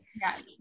Yes